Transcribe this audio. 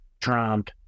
Trump